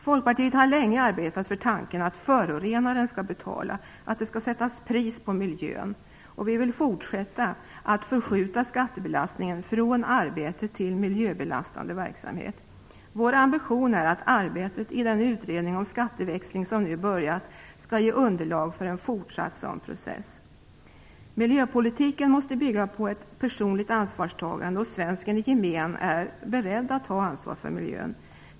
Folkpartiet har länge arbetat för tanken att förorenaren skall betala, att det skall sättas pris på miljön. Vi vill fortsätta att förskjuta skattebelastningen från arbete till miljöbelastande verksamhet. Vår ambition är att arbetet i den utredning om skatteväxling som nu har påbörjats skall ge underlag för en fortsatt sådan process. Miljöpolitiken måste bygga på ett personligt ansvarstagande, och svensken i gemen är beredd att ta ansvar för miljön.